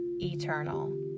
eternal